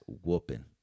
whooping